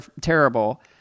terrible